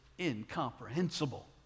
incomprehensible